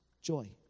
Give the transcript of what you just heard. Joy